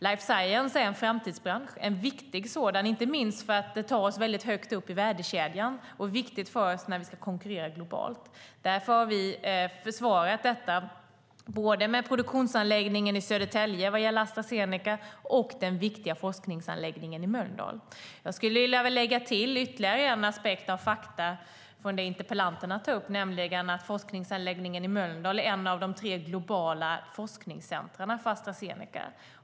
Life science är en viktig framtidsbransch, inte minst för att den tar oss högt upp i värdekedjan och är viktig för oss när vi ska konkurrera globalt. Därför har vi försvarat detta med både Astra Zenecas produktionsanläggning i Södertälje och den viktiga forskningsanläggningen i Mölndal. Jag skulle vilja lägga till ytterligare en aspekt av fakta från det interpellanterna tar upp, nämligen att forskningsanläggningen i Mölndal är ett av tre globala forskningscentrum för Asta Zeneca.